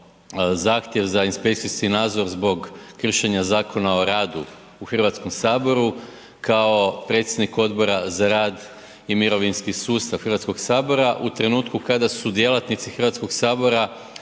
zahtjev za inspekcijski nadzor zbog kršenja Zakona o radu u Hrvatskom saboru kao predsjednik Odbora za rad i mirovinski sustav Hrvatskog sabora u trenutku kada su djelatnici Hrvatskog sabora